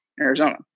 Arizona